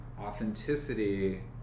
authenticity